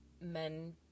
men